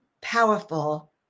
powerful